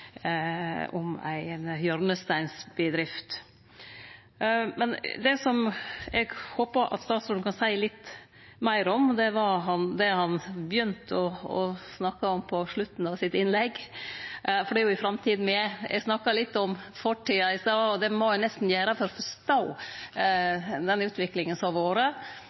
hjørnesteinsbedrift. Det eg håper statsråden kan seie litt meir om, var det han begynte å snakke om på slutten av innlegget sitt, for det er i framtida me er. Eg snakka litt om fortida i stad, og det må ein nesten gjere for å forstå utviklinga som har vore,